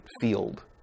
field